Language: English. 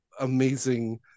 amazing